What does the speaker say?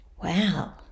Wow